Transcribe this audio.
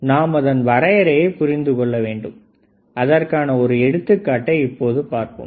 நாம் அதன் வரையறையை புரிந்து கொண்டு அதற்கான ஒரு எடுத்துக்காட்டை இப்பொழுது பார்ப்போம்